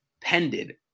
Pended